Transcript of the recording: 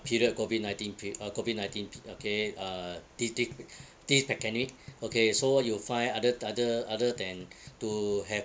period COVID nineteen pe~ uh COVID nineteen pe~ okay uh thi~ thi~ this pandemic okay so what you find other other other than to have